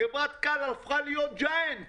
חברת כאל הפכה להיות ענקית.